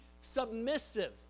submissive